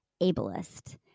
ableist